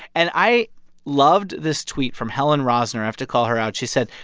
and i loved this tweet from helen rosner. i have to call her out. she said,